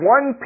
One